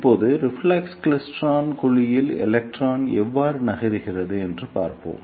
இப்போது reflex klystron குழாயில் electron எவ்வாறு நகர்கிறது என்று பார்ப்போம்